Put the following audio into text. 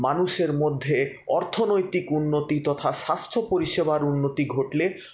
মানুষের মধ্যে অর্থনৈতিক উন্নতি তথা স্বাস্থ্য পরিষেবার উন্নতি ঘটলে